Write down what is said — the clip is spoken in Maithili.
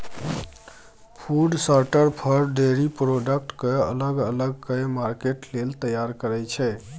फुड शार्टर फर, डेयरी प्रोडक्ट केँ अलग अलग कए मार्केट लेल तैयार करय छै